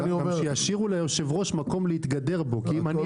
שישאירו ליושב-ראש מקום להתגדר פה כי אם אני